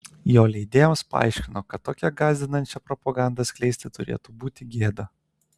jo leidėjams paaiškino kad tokią gąsdinančią propagandą skleisti turėtų būti gėda